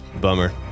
Bummer